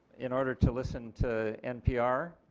in order to listen to npr,